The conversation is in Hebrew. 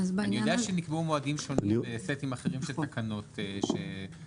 אני יודע שנקבעו מועדים שונים בסטים אחרים של תקנות שהתקנתם.